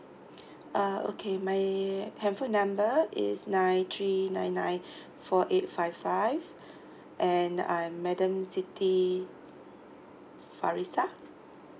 uh okay my handphone number is nine three nine nine four eight five five and I'm madam siti farizah